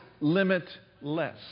limitless